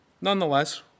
Nonetheless